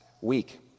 week